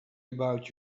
about